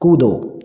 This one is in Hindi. कूदो